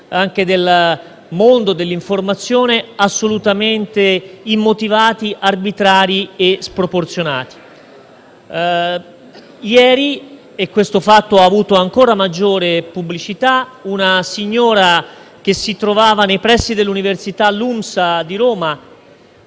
anche del mondo dell'informazione assolutamente immotivati, arbitrari e sproporzionati. Ieri - e questo fatto ha avuto ancora maggiore pubblicità - una signora, che si trovava nei pressi dell'università LUMSA di Roma